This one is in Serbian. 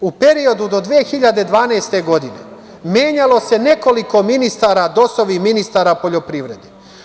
U periodu do 2012. godine menjalo se nekoliko dosovih ministara poljoprivrede.